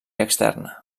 externa